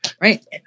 Right